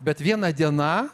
bet viena diena